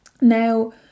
Now